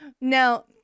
Now